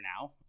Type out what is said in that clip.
now